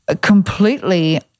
completely